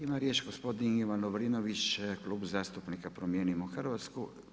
Ima riječ gospodin Ivan Lovrinović, Klub zastupnika Promijenimo Hrvatsku.